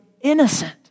innocent